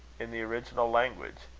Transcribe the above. in the original language.